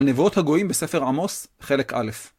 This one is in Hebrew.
הנבואות הגויים בספר עמוס, חלק א'.